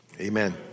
amen